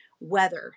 weather